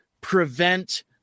prevent